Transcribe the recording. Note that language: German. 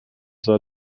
sah